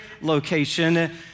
location